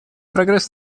прогресс